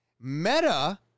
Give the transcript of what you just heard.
Meta